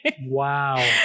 wow